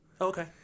Okay